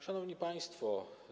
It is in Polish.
Szanowni Państwo!